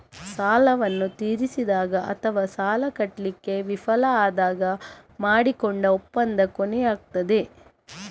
ಸಾಲವನ್ನ ತೀರಿಸಿದಾಗ ಅಥವಾ ಸಾಲ ಕಟ್ಲಿಕ್ಕೆ ವಿಫಲ ಆದಾಗ ಮಾಡಿಕೊಂಡ ಒಪ್ಪಂದ ಕೊನೆಯಾಗ್ತದೆ